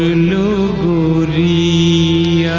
ah new e